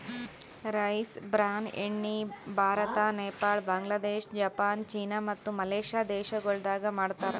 rice bran ಎಣ್ಣಿ Bharat, Nepal, Bangladesh, Japan, China ಮತ್ತ Malaysia ದೇಶಗೊಳ್ದಾಗ್ ಮಾಡ್ತಾರ್